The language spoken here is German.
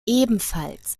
ebenfalls